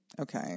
Okay